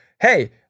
hey